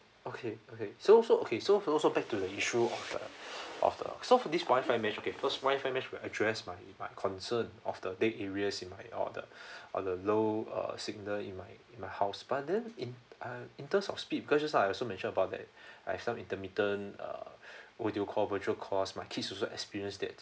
okay okay so so okay so follow so back to the issue of the of the so for this Wi-Fi mesh okay because Wi-Fi mesh will address my my concern of the death areas in my or the or the low uh signal in my in my house but then in uh in terms of speed because just now I also mentioned about that I have some intermittent uh audio call virtual call my kids also experienced that